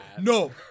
no